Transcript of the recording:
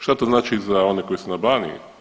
Šta to znači za one koji su na Baniji?